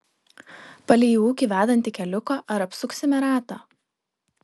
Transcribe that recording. palei į ūkį vedantį keliuką ar apsuksime ratą